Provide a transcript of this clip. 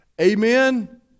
Amen